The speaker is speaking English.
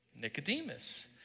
Nicodemus